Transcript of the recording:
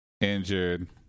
injured